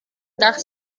nach